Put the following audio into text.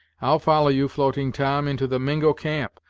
i'll follow you, floating tom, into the mingo camp,